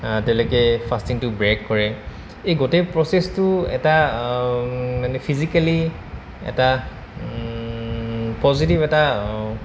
তেওঁলোকে ফাষ্টিংটো ব্ৰেক কৰে এই গোটেই প্ৰচেছটো এটা মানে ফিজিকেলি এটা পজিটিভ এটা